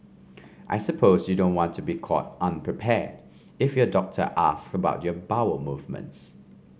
I suppose you don't want to be caught unprepared if your doctor asks about your bowel movements